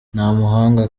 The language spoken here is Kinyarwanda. ntamuhanga